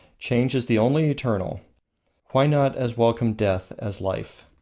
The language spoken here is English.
change is the only eternal why not as welcome death as life?